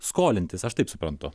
skolintis aš taip suprantu